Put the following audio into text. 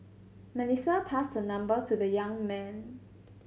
Melissa passed her number to the young man